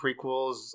prequels